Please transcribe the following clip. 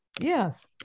Yes